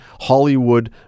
Hollywood